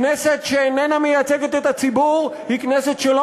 כנסת שאיננה מייצגת את הציבור היא כנסת שלא